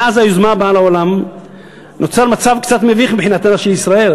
מאז באה היוזמה לעולם נוצר מצב קצת מביך מבחינתה של ישראל.